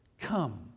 Come